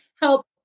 help